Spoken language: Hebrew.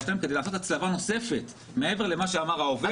שלהם כדי לעשות הצלבה נוספת מעבר למה שאמר העובד.